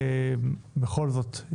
בכל זאת,